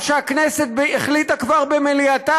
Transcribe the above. מה שהכנסת כבר החליטה במליאתה,